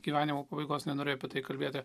gyvenimo pabaigos nenorėjo apie tai kalbėti